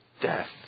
death